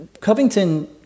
Covington